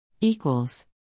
Equals